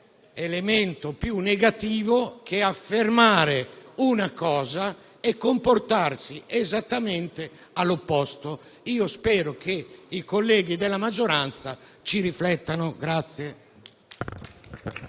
elemento più negativo che affermare qualcosa e comportarsi esattamente all'opposto. Spero che i colleghi della maggioranza riflettano.